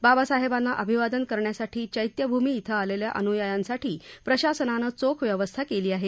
बाबासाहेबांना अभिवादन करण्यासाठी चैत्यभूमी इथं आलेल्या अनूयायांसाठी प्रशासनानं चोख व्यवस्था केली आहे